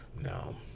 no